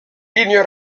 lignes